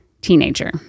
teenager